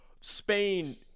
spain